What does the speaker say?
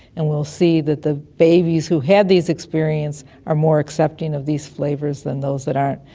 and we'll see that the babies who had these experiences are more accepting of these flavours than those that aren't.